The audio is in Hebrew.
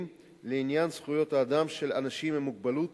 לעניין זכויות האדם של אנשים עם מוגבלות